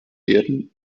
werden